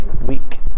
week